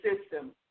system